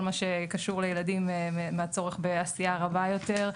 מה שקשור לילדים ומה הצורך בעשייה רבה יותר.